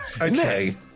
Okay